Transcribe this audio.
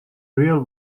real